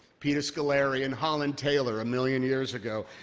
peter scolari and holland taylor a million years ago.